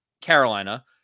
Carolina